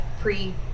pre